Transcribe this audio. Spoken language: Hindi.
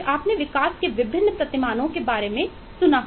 आपने विकास के विभिन्न प्रतिमानों के बारे में सुना होगा